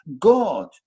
God